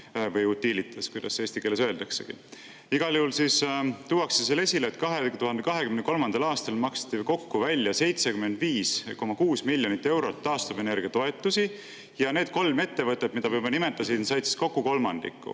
Või Utilitas, kuidas eesti keeles öeldaksegi. Igal juhul tuuakse esile, et 2023. aastal maksti kokku välja 75,6 miljonit eurot taastuvenergia toetusi ja need kolm ettevõtet, mida ma juba nimetasin, said kokku kolmandiku: